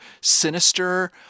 sinister